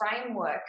framework